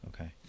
okay